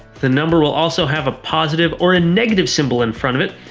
the number will also have a positive or a negative symbol in front of it,